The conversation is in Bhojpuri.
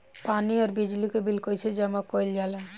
पानी और बिजली के बिल कइसे जमा कइल जाला?